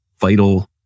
vital